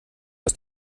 aus